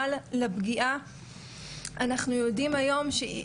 אלימות טכנולוגית מתבטאת בכל המישורים: שיימינג,